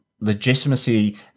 legitimacy